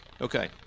Okay